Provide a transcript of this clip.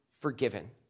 forgiven